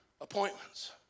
appointments